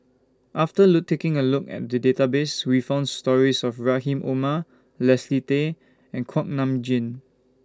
after taking A Look At The Database We found stories of Rahim Omar Leslie Tay and Kuak Nam Jin